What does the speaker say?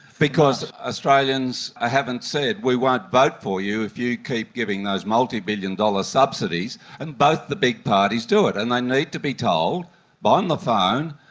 because australians ah haven't said we won't vote for you if you keep giving those multibillion dollar subsidies, and both the big parties do it, and they need to be told on the phone,